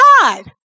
God